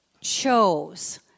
chose